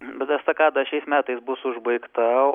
bet estakada šiais metais bus užbaigta